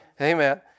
amen